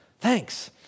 Thanks